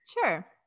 Sure